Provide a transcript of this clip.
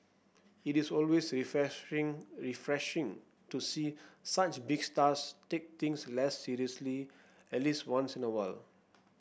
it is always refreshing to see such big stars take things less seriously at least once in a while